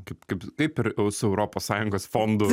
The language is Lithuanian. kaip kaip kaip ir su europos sąjungos fondų